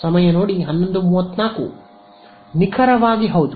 ವಿದ್ಯಾರ್ಥಿ ನಿಖರವಾಗಿ ಹೌದು